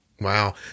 Wow